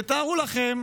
תארו לכם